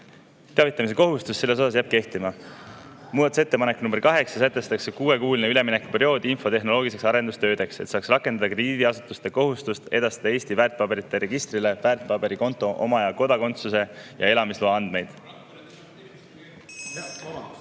teavitamise kohustus jääb kehtima. Muudatusettepanekuga nr 8 sätestatakse kuuekuuline üleminekuperiood infotehnoloogilisteks arendustöödeks, et saaks rakendada krediidiasutuste kohustust edastada Eesti väärtpaberite registrile väärtpaberikonto omaja kodakondsuse ja elamisloa andmeid.